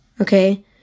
Okay